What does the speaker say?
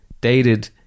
Dated